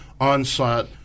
onslaught